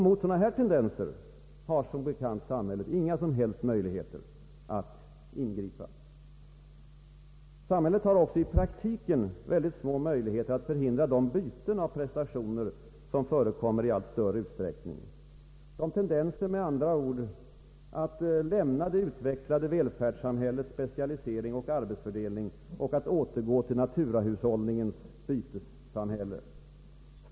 Mot sådana här tendenser har samhället som bekant inga som helst möjligheter att ingripa. Samhället har även i praktiken väldigt små möjligheter att förhindra de byten av prestationer som förekommer i allt större utsträckning, tendenserna med andra ord att lämna det utvecklade välfärdssamhällets specialisering och arbetsfördelning och att återgå till naturahushållningens bytessamhälle.